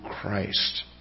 Christ